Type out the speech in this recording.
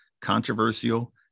controversial